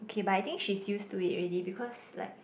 okay but I think she's used to it already because like